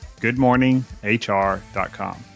goodmorninghr.com